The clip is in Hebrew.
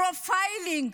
פרופיילינג,